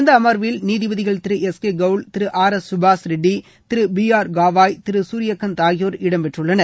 இந்த அமர்வில் நீதிபதிகள் திரு எஸ் கே கவுல் திரு ஆர் சுபாஷ் ரெட்டி திரு பி ஆர் காவாய் திரு சூரியகாந்த் ஆகியோர் இடம்பெற்றுள்ளனர்